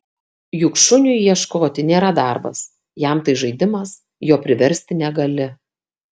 juk šuniui ieškoti nėra darbas jam tai žaidimas jo priversti negali